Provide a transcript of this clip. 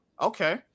okay